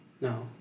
No